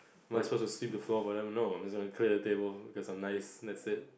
am I supposed to sweep the floor for them no I'm just gonna clear the tables because I'm nice that's it